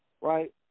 right